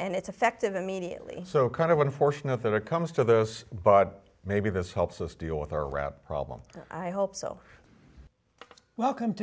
and it's effective immediately so kind of unfortunate that it comes to those but maybe this helps us deal with our rap problem i hope so welcome to